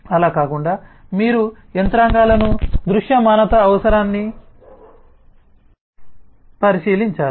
అలా కాకుండా మీరు యంత్రాంగాలను దృశ్యమానత అవసరాన్ని పరిశీలించాలి